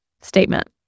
statement